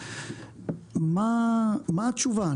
מה התשובה?